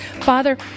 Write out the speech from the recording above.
Father